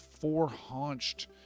four-haunched